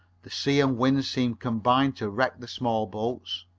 the sea and wind seemed combining to wreck the small boats.